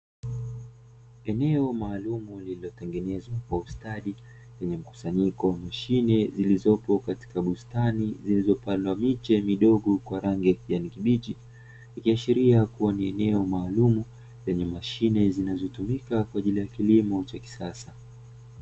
Eneo maalumu lililotengenezwa kwa ustadi, lenye mkusanyiko wa mashine zilizopo katika bustani, zilizopandwa miche midogo ya rangi ya kijani kibichi, ikiashiria kuwa ni eneo maalumu lenye mashine zinazotumika kwa ajili ya kilimo cha kisasa.